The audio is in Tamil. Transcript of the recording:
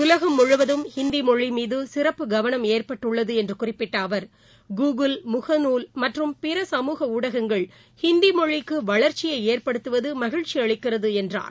உலகம் முழுவதும் ஹிந்தி மொழி மீது சிறப்பு கவனம் ஏற்பட்டுள்ளது என்று குறிப்பிட்ட அவர் கூகுல் முகநூல் மற்றும் பிற சமூக ஊடகங்கள் ஹிந்தி மொழிக்கு வளர்ச்சியை ஏற்படுத்துவது மகிழ்ச்சி அளிக்கிறது என்றார்